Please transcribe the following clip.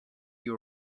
you